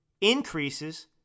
increases